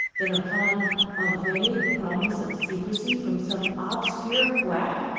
than upon a vague promise of secrecy from some obscure quack,